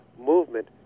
movement